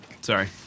Sorry